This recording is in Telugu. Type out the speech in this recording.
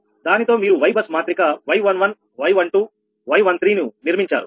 దానితో మీరు Y బస్ మాత్రిక 𝑦11𝑦12 𝑦13 ను నిర్మించారు